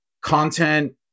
content